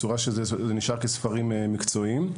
אלא בצורה שמשאירה אותם כספרים מקצועיים.